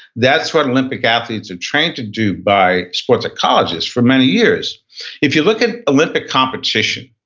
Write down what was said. that's what olympic athletes are trained to do by sport psychologists for many years if you look at olympic competition,